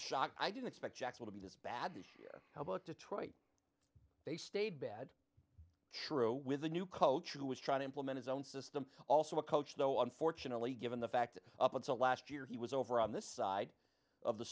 shocked i didn't expect jackson to be this bad this year how about detroit they stayed bad true with a new coach who was trying to implement his own system also a coach though unfortunately given the fact up until last year he was over on this side of the